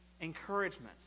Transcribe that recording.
encouragement